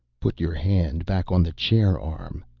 put your hand back on the chair arm,